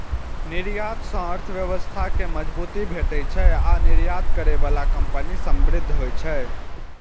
निर्यात सं अर्थव्यवस्था कें मजबूती भेटै छै आ निर्यात करै बला कंपनी समृद्ध होइ छै